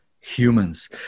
humans